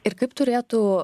ir kaip turėtų